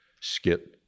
skit